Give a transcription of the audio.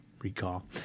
Recall